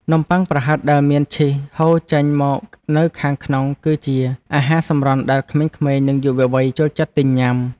នំប៉័ងប្រហិតដែលមានឈីសហូរចេញមកនៅខាងក្នុងគឺជាអាហារសម្រន់ដែលក្មេងៗនិងយុវវ័យចូលចិត្តទិញញ៉ាំ។